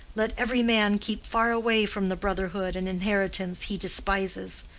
let every man keep far away from the brotherhood and inheritance he despises.